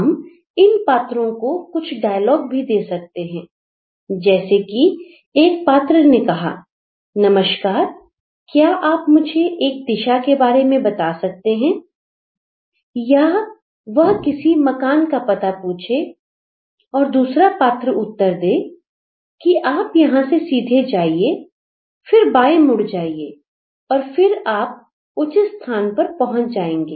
हम इन पात्रों को कुछ डायलॉग भी दे सकते हैं जैसे कि एक पात्र ने कहा नमस्कार क्या आप मुझे एक दिशा के बारे में बता सकते हैं या वह किसी के मकान का पता पूछे और दूसरा पात्र उत्तर दें कि आप यहां से सीधे जाइए फिर बाएं मुड़ जाइए और फिर आप उचित स्थान पर पहुंच जाएंगे